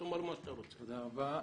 תודה רבה,